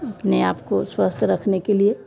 अपने आप को स्वस्थ रखने के लिए